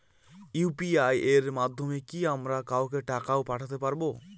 UPI এর মাধ্যমে কি আমি কাউকে টাকা ও পাঠাতে পারবো?